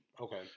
okay